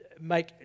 make